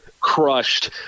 Crushed